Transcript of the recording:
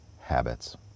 habits